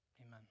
amen